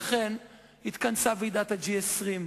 לכן התכנסה ועידת ה-G20.